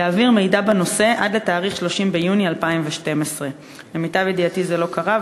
יעביר מידע בנושא עד לתאריך 30 ביוני 2012. למיטב הבנתי זה לא קרה,